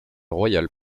royale